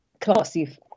Classy